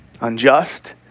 unjust